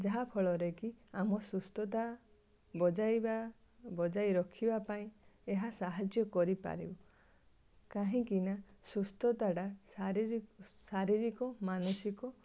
ଯାହାଫଳରେ କି ଆମ ସୁସ୍ଥତା ବଜାଇବା ବଜାୟ ରଖିବାପାଇଁ ଏହା ସାହାଯ୍ୟ କରିପାରିବ କାହିଁକିନା ସୁସ୍ଥତାଟା ଶାରୀରିକ ମାନସିକ